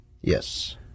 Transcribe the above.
Yes